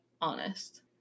honest